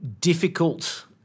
difficult